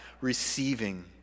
receiving